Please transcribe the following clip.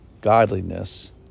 Godliness